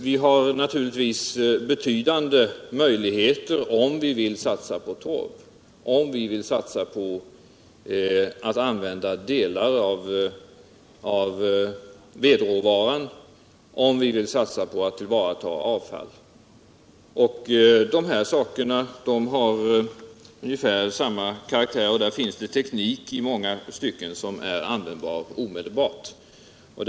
Vi har naturligtvis betydande möjligheter om vi vill satsa på torv, om vi vill använda delar av vedråvaran och om vi vill satsa på att tillvarata avfall. Dessa bränslen har ungefär samma karaktär, och här har vi i långa stycken en teknik som omedelbart är användbar.